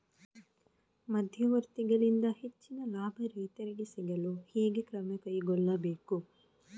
ಮಧ್ಯವರ್ತಿಗಳಿಂದ ಹೆಚ್ಚಿನ ಲಾಭ ರೈತರಿಗೆ ಸಿಗಲು ಹೇಗೆ ಕ್ರಮ ಕೈಗೊಳ್ಳಬೇಕು?